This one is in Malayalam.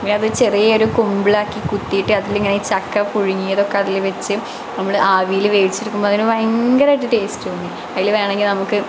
ഞാൻ അത് ചെറിയൊരു കുമ്പിളാക്കി കുത്തിയിട്ട് അതിൽ ഇങ്ങനെ ചക്ക പുഴുങ്ങിയതൊക്കെ അതിൽ വച്ച് നമ്മൾ ആവിയിൽ വേവിച്ചെടുക്കുമ്പോൾ അതിന് ഭയങ്കരമായിട്ട് ടേസ്റ്റ് തോന്നി അതിൽ വേണമെങ്കിൽ നമുക്ക്